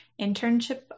internship